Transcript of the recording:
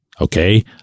okay